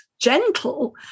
gentle